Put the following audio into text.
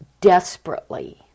desperately